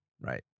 Right